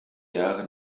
jahre